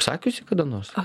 sakiusi kada nors